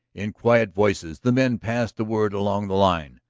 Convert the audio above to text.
in quiet voices the men passed the word along the line.